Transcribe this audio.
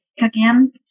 again